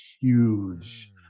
huge